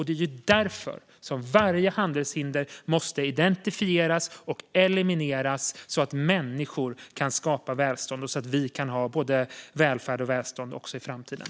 Det är därför varje handelshinder måste identifieras och elimineras så att människor kan skapa välstånd. Så kan vi ha både välfärd och välstånd också i framtiden.